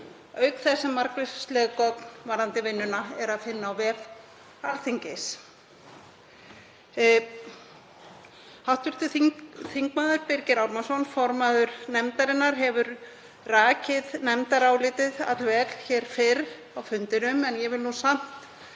auk þess sem margvísleg gögn varðandi vinnuna er að finna á vef Alþingis. Hv. þm. Birgir Ármannsson, formaður nefndarinnar, hefur rakið nefndarálitið allvel hér fyrr á fundinum en ég vil samt